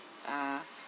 uh